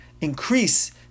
increase